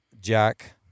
Jack